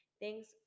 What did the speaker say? Thanks